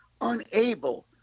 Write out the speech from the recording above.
unable